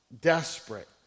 desperate